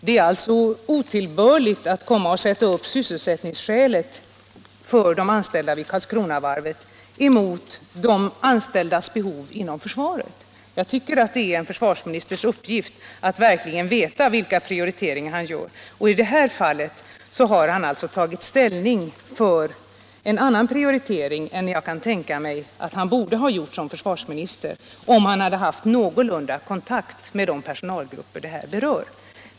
Det är otillbörligt att sätta upp sysselsättningen för de anställda vid Karlskronavarvet emot de försvarsanställdas behov. Jag tycker att det är en försvarsministers uppgift att verkligen veta vilka prioriteringar han gör. I det här fallet har han tagit ställning för en annan prioritering än jag kan tänka mig att han borde ha gjort som försvarsminister, om han hade haft någorlunda god kontakt med de personalgrupper som här berörs.